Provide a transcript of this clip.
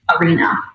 arena